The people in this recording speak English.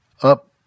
up